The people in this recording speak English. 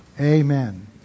Amen